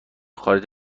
خارج